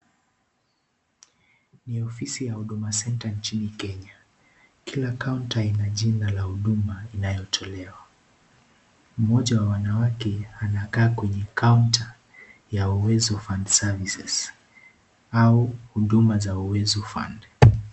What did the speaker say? Ni ofisi ya Huduma Centre nchini Kenya. Kila kaunta ina jina la huduma inayotolewa. Mmoja wa wanawake anakaa kwenye kaunta ya Uwezo Fund Services au huduma za Uwezo Fund.